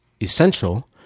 essential